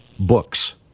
books